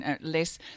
less